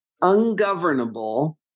ungovernable